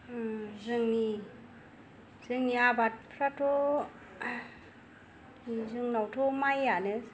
जोंनि जोंनि आबादफ्राथ' जोंनावथ' माइआनो